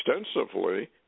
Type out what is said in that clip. extensively